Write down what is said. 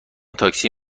تاکسی